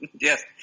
Yes